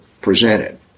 presented